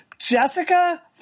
Jessica